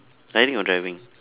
riding or driving